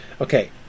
Okay